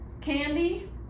Candy